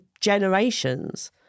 generations